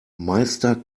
meister